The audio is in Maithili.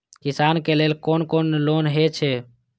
किसान के लेल कोन कोन लोन हे छे?